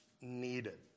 needed